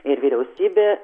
ir vyriausybė